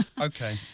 okay